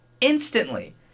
instantly